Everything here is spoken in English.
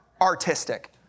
artistic